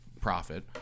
profit